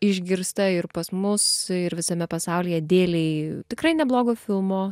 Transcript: išgirsta ir pas mus ir visame pasaulyje dėlei tikrai neblogo filmo